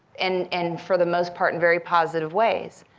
and and for the most part in very positive ways.